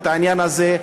את העניין הזה,